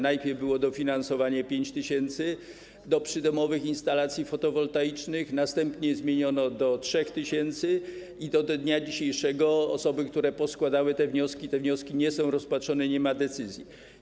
Najpierw było dofinansowanie 5 tys. do przydomowych instalacji fotowoltaicznych, następnie zmniejszono je do 3 tys. i do dnia dzisiejszego jeśli chodzi o osoby, które poskładały te wnioski, te wnioski nie są rozpatrzone i nie ma decyzji.